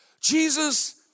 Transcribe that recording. Jesus